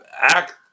act